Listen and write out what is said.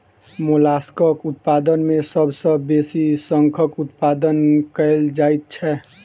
मोलास्कक उत्पादन मे सभ सॅ बेसी शंखक उत्पादन कएल जाइत छै